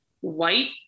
white